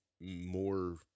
more